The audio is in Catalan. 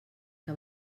que